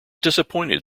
disappointed